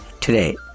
today